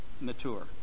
mature